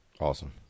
Awesome